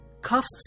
Cuffs